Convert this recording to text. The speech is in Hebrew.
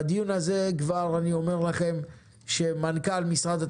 אני כבר אומר לכם שבדיון הבא מנכ"לית משרד